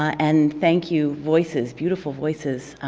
and thank you voices, beautiful voices,